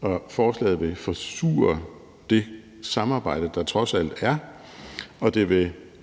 og forslaget vil forsure det samarbejde, der trods alt er, og det vil